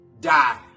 die